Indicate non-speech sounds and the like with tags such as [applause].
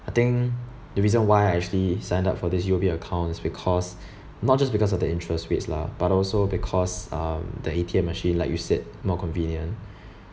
I think the reason why I actually sign up for this U_O_B account is because [breath] not just because of the interest rates lah but also because um the A_T_M machine like you know said more convenient [breath]